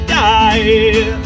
die